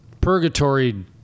purgatory